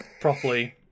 properly